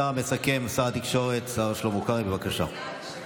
השר המסכם, שר התקשורת שלמה קרעי, בבקשה.